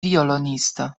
violonisto